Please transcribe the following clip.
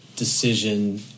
Decision